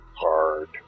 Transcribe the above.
hard